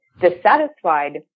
dissatisfied